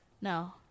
no